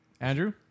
Andrew